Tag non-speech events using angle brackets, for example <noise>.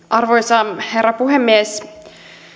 <unintelligible> arvoisa herra puhemies